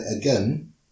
again